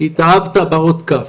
התאהבת באות כ',